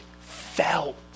felt